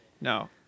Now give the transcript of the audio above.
No